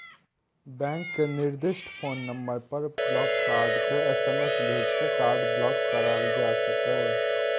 bank के निर्दिष्ट phone number पर ब्लॉक कार्ड के एस.एम.एस भेज के कार्ड ब्लॉक कराएल जा सकैए